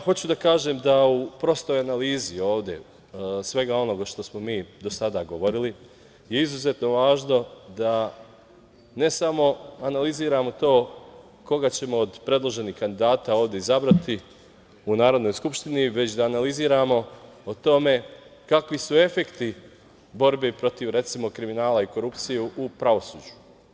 Hoću da kažem da u prostoj analizi ovde svega onoga što smo mi do sada govorili je izuzetno važno da ne samo analiziramo to koga ćemo od predloženih kandidata ovde izabrati u Narodnoj skupštini, već da analiziramo o tome kakvi su efekti borbe protiv recimo kriminala i korupcije u pravosuđu.